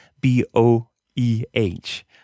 B-O-E-H